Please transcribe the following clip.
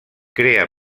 crea